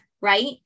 right